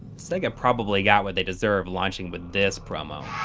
sega probably got what they deserved launching with this promo.